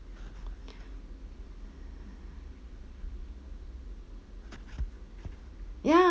ya